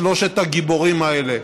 לשלושת הגיבורים האלה,